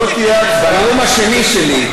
בנאום השני שלי,